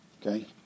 Okay